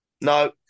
No